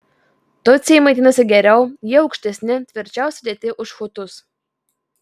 tutsiai maitinosi geriau jie aukštesni tvirčiau sudėti už hutus